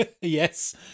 Yes